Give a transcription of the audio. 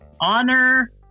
Honor